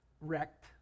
wrecked